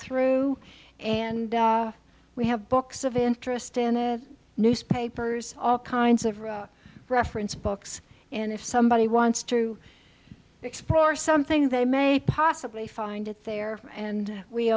through and we have books of interest in it newspapers all kinds of reference books and if somebody wants to explore something they may possibly find it there and we